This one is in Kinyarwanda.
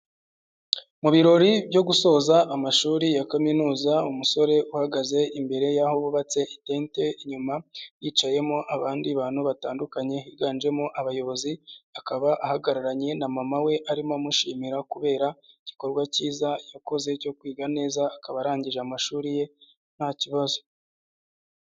Mu birori byo gusoza amashuri ya kaminuza umusore uhagaze imbere y'aho bubatse itente, inyuma hicayemo abandi bantu batandukanye higanjemo abayobozi, akaba ahagararanye na mama we arimo amushimira kubera igikorwa kiza yakoze cyo kwiga neza akaba arangije amashuri ye nta kibazo.